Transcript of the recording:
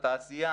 התעשייה,